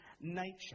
nature